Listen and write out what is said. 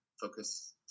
focus